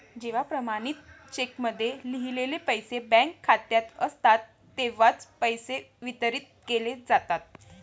जेव्हा प्रमाणित चेकमध्ये लिहिलेले पैसे बँक खात्यात असतात तेव्हाच पैसे वितरित केले जातात